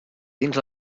dins